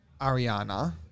Ariana